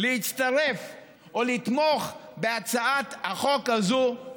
להצטרף או לתמוך בהצעת החוק הזאת,